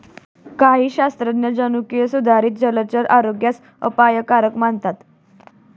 काही शास्त्रज्ञ जनुकीय सुधारित जलचर आरोग्यास अपायकारक मानतात